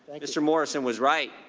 mr. morrison was right.